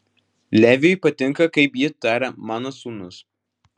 leviui patinka kaip ji taria mano sūnus